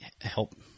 help